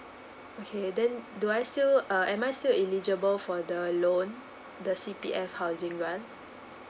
okay then do I still uh am I still eligible for the loan the C_P_F housing grant